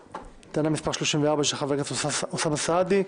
וחבר הכנסת אוסאמה סעדי.